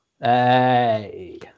Hey